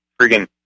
friggin